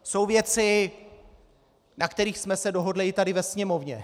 Jsou věci, na kterých jsme se dohodli i tady ve Sněmovně.